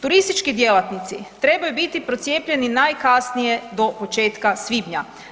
Turistički djelatnici trebaju biti procijepljeni najkasnije do početka svibnja.